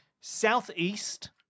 Southeast